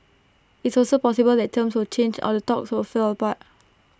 it's also possible that terms will change or the talks will fall apart